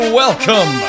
welcome